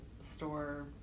store